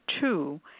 two